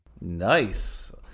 Nice